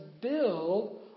build